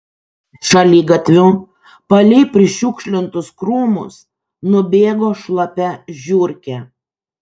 šaligatviu palei prišiukšlintus krūmus nubėgo šlapia žiurkė